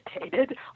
irritated